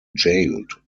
jailed